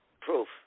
proof